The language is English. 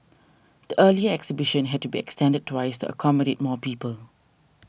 the earlier exhibition had to be extended twice accommodate more people